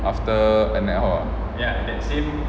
after